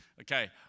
okay